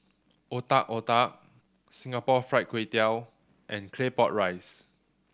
Otak Otak Singapore Fried Kway Tiao and Claypot Rice